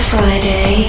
Friday